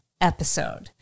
episode